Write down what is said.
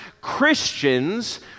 Christians